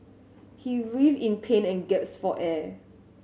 he with in pain and gasped for air